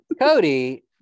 Cody